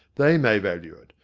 they may value it.